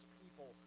people